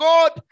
God